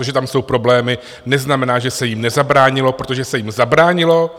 To, že tam jsou problémy, neznamená, že se jim nezabránilo, protože se jim zabránilo.